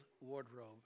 wardrobe